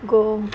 go